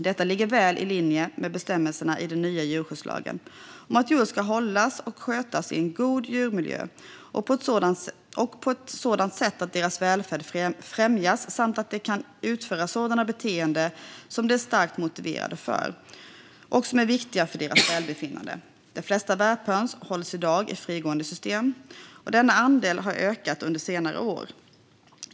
Detta ligger väl i linje med bestämmelsen i den nya djurskyddslagen om att djur ska hållas och skötas i en god djurmiljö och på ett sådant sätt att deras välfärd främjas samt att de kan utföra sådana beteenden som de är starkt motiverade för och som är viktiga för deras välbefinnande. De flesta värphöns hålls i dag i frigående system, och denna andel har ökat under senare år.